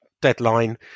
deadline